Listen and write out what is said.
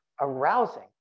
arousing